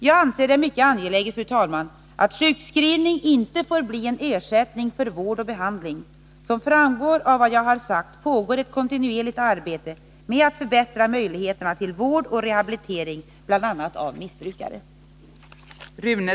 Jag anser det mycket angeläget att sjukskrivning inte får bli ersättning för vård och behandling. Som framgår av vad jag här har sagt pågår ett kontinuerligt arbete med att förbättra möjligheterna till vård och rehabilitering bl.a. av missbrukare.